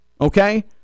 Okay